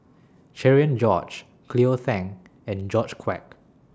Cherian George Cleo Thang and George Quek